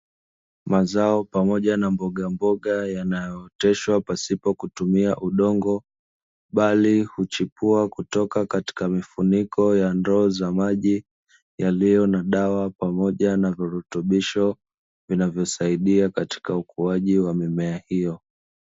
Mazao pamoja na mbogamboga yanayooteshwa pasipo kutumia udongo, bali huchipua kutoka katika mifuniko ya ndoo za maji yaliyo na dawa pamoja na virutubisho vinavyosaidia katika ukuaji wa mimea hiyo.